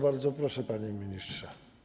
Bardzo proszę, panie ministrze.